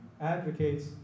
advocates